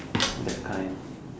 that kind